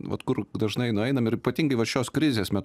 vat kur dažnai nueinam ir ypatingai va šios krizės metu